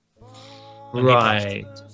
Right